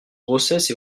grossesses